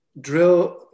drill